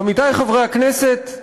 עמיתי חברי הכנסת,